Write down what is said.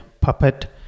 Puppet